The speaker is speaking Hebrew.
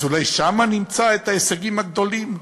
אז אולי שם נמצא את ההישגים הגדולים,